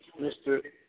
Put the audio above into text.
Mr